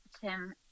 Tim